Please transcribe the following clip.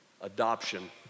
adoption